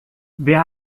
wer